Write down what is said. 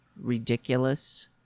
ridiculous